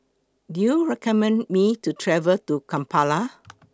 Do YOU recommend Me to travel to Kampala